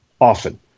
often